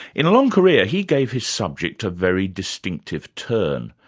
in a long career, he gave his subject a very distinctive turn.